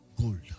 gold